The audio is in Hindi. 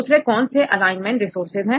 दूसरे कौन से ऑनलाइन रिसोर्सेज है